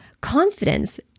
confidence